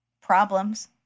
Problems